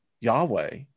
Yahweh